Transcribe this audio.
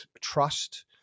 trust